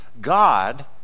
God